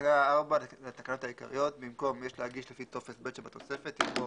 בתקנה 4 לתקנות העיקריות במקום "יש להגיש לפי טופס ב' שבתוספת" יבוא: